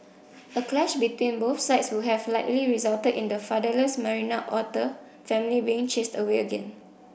a clash between both sides would have likely resulted in the fatherless Marina otter family being chased away again